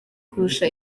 kurusha